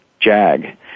Jag